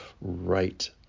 right